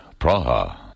Praha